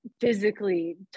physically